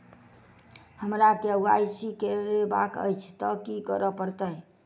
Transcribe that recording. हमरा केँ Y C करेवाक अछि तऽ की करऽ पड़तै?